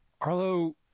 Arlo